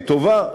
היא טובה?